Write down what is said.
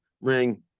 Ring